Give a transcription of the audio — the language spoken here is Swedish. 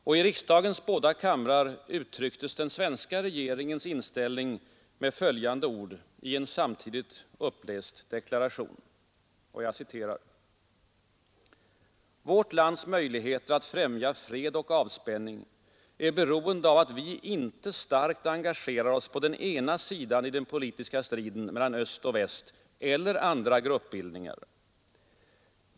Och i riksdagens båda kamrar uttrycktes den svenska regeringens inställning med följande ord i en samtidigt uppläst deklaration: Vårt lands möjligheter att främja fred och avspänning är ”beroende av att vi inte starkt engagerar oss på ena sidan i den politiska striden mellan öst och väst eller andra gruppbildningar.